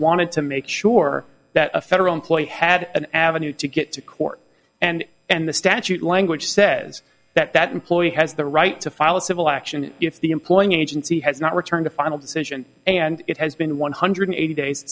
wanted to make sure that a federal employee had an avenue to get to court and and the statute language says that that employee has the right to file a civil action if the employer agency has not returned a final decision and it has been one hundred eighty days